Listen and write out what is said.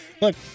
look